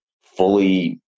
fully